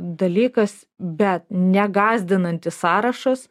dalykas bet negąsdinantis sąrašas